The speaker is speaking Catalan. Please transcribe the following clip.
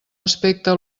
aspecte